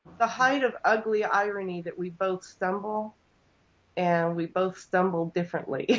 the height of ugly irony that we both stumble and we both stumble differently.